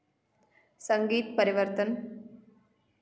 संगीत परिवर्तन